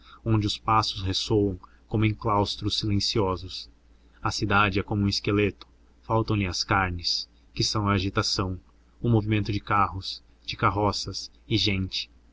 onde os passos ressoam como em claustros silenciosos a cidade é como um esqueleto faltam lhe as carnes que são a agitação o movimento de carros de carroças e gente